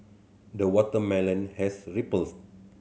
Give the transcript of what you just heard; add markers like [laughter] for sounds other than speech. the watermelon has [unintelligible]